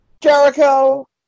Jericho